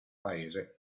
paese